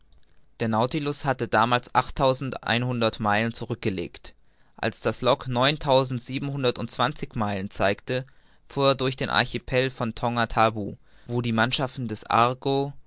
der nautilus hatte damals achttausendeinhundert meilen zurückgelegt als das log neuntausendsiebenhundertundzwanzig meilen zeigte fuhr er durch den archipel von tonga tabou wo die mannschaften des